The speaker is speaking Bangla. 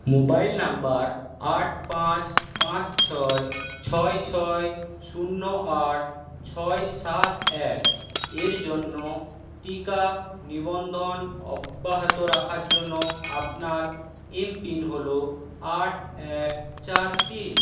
মোবাইল নাম্বার আট পাঁচ পাঁচ ছয় ছয় ছয় শূন্য আট ছয় সাত এক এর জন্য টিকা নিবন্ধন অব্যাহত রাখার জন্য আপনার এম পিন হলো আট এক চার তিন